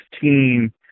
team